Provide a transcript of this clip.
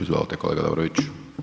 Izvolite kolega Dobrović.